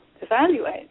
evaluate